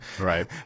right